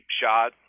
shot